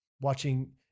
watching